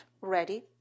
ready